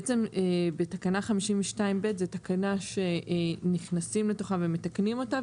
בעצם בתקנה 52 ב' זו תקנה שנכנסים לתוכה ומתקנים אותה,